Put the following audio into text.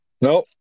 No